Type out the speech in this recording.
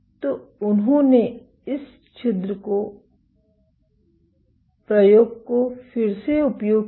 तो उन्होंने इस छिद्र प्रयोग को फिर से उपयोग किया